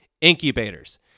incubators